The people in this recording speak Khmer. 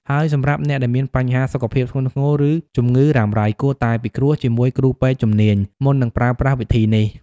ហើយសម្រាប់អ្នកដែលមានបញ្ហាសុខភាពធ្ងន់ធ្ងរ ឬជំងឺរ៉ាំរ៉ៃ គួរតែពិគ្រោះជាមួយគ្រូពេទ្យជំនាញ មុននឹងប្រើប្រាស់វិធីសាស្ត្រនេះ។